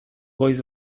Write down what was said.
goiz